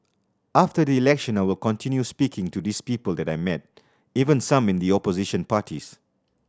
after the election I will continue speaking to these people that I met even some in the opposition parties